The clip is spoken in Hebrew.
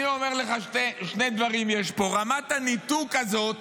אני אומר לך, יש פה שני דברים: רמת הניתוק הזאת